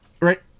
right